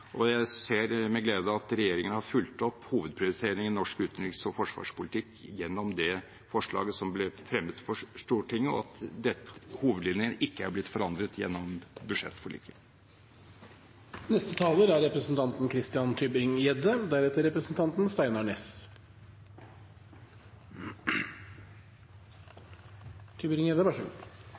og jeg ser med glede at regjeringen har fulgt opp hovedprioriteringene i norsk utenriks- og forsvarspolitikk gjennom det forslaget som ble fremmet for Stortinget, og at hovedlinjen ikke er blitt forandret gjennom budsjettforliket.